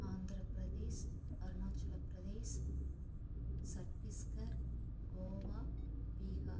Andhra Pradesh Arunachal Pradesh Chhattisgarh Goa Bihar